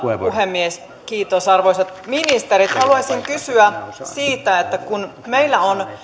puhemies kiitos arvoisat ministerit haluaisin kysyä siitä kun meillä on